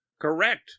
correct